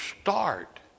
start